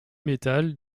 metal